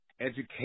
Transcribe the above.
education